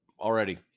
already